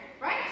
right